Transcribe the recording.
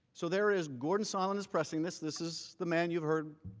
so there is gordon sondland is pressing this. this is the man you heard